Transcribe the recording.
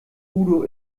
udo